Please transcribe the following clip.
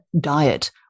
diet